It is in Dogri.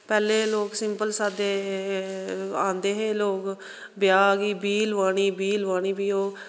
पैह्ले लोक सिम्पल साद्धे औंदे हे लोक ब्याह् गी बीऽ लोआनी बीऽ लोआनी बीऽ ओह्